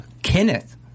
Kenneth